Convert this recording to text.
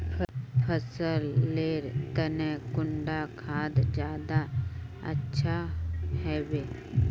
फसल लेर तने कुंडा खाद ज्यादा अच्छा हेवै?